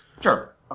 sure